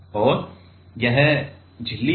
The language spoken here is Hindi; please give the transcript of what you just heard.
और यह झिल्ली है